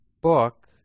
book